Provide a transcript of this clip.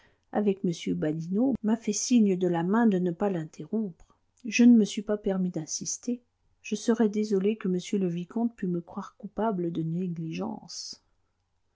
avec m badinot m'a fait signe de la main de ne pas l'interrompre je ne me suis pas permis d'insister je serais désolé que monsieur le vicomte pût me croire coupable de négligence